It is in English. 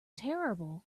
terrible